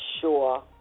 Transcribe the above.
sure